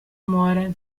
muore